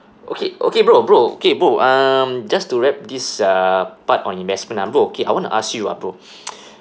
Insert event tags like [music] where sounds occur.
okay okay bro bro kay bro um just to wrap this uh part on investment ah bro okay I want to ask you ah bro [breath] [noise]